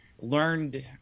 learned